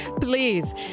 Please